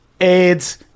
Aids